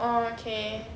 okay